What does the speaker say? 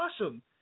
awesome